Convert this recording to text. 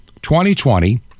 2020